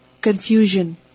confusion